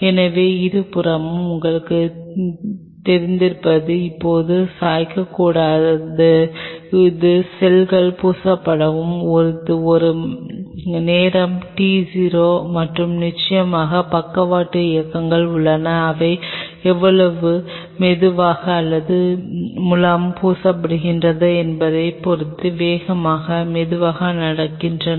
எனவே இருபுறமும் உங்களுக்குத் தெரிந்திருப்பது இப்போது சாய்க்கக் கூடாது இது செல்கள் பூசப்பட்டவுடன் இது ஒரு நேரம் T 0 மற்றும் நிச்சயமாக பக்கவாட்டு இயக்கங்கள் உள்ளன அவை எவ்வளவு மெதுவாக அல்லது முலாம் பூசப்படுகின்றன என்பதைப் பொறுத்து வேகமாக மெதுவாக நடக்கின்றன